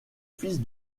fils